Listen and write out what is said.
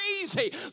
easy